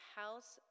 house